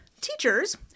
teachers